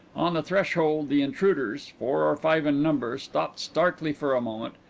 on the threshold the intruders four or five in number stopped starkly for a moment,